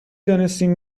دانستیم